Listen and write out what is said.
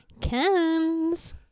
Ken's